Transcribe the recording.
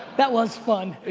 that was fun.